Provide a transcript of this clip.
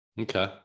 Okay